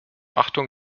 achtung